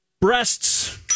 Breasts